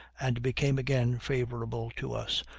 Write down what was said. and became again favorable to us,